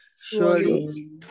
Surely